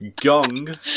Gong